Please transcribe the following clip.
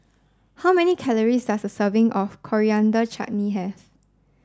how many calories does a serving of Coriander Chutney have